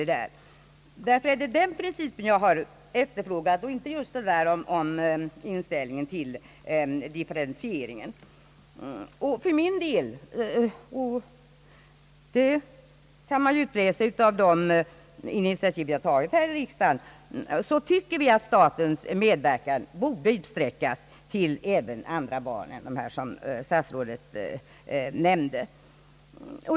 Det är den principen jag har efterlyst och inte frågan om inställningen till differentieringen, Vi tycker — och det kan man utläsa ur de initiativ som tagits här i riksdagen — att statens medverkan borde utsträckas även till andra barn än dem som statsrådet nämnde.